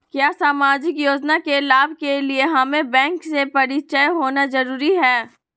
क्या सामाजिक योजना के लाभ के लिए हमें बैंक से परिचय होना जरूरी है?